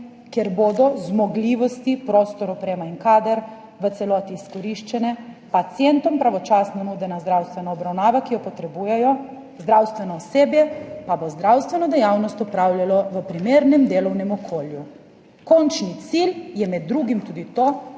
kjer bodo zmogljivosti, prostor, oprema in kader v celoti izkoriščeni, pacientom pravočasno nudena zdravstvena obravnava, ki jo potrebujejo, zdravstveno osebje pa bo zdravstveno dejavnost opravljalo v primernem delovnem okolju, končni cilj je med drugim tudi to,